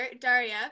Daria